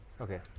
okay